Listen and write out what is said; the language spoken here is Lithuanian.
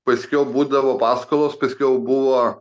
paskiau būdavo paskolos paskiau buvo